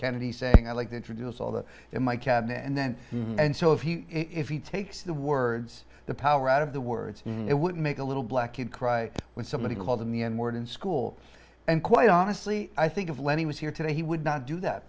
kennedy saying i like to introduce all that in my cabinet and then and so if he if he takes the words the power out of the words it would make a little black kid cry when somebody called him the n word in school and quite honestly i think of lenny was here today he would not do that